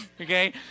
okay